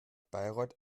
bayreuth